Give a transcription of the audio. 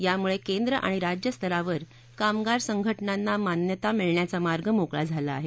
यामुळे केंद्र आणि राज्य स्तरावर कामगार संघटनांना मान्यता मिळण्याचा मार्ग मोकळा झाला आहे